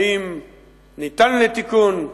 האם ניתן לתיקון,